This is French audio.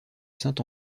saint